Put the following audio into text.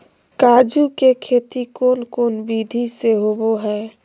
काजू के खेती कौन कौन विधि से होबो हय?